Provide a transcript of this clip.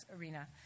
arena